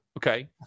okay